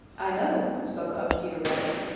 i know, spoke up peter rabbit.